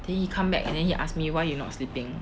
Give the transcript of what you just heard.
then he come back and then he ask me why you not sleeping